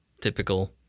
typical